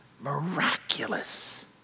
miraculous